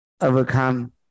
overcome